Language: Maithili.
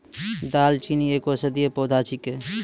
दालचीनी एक औषधीय पौधा छिकै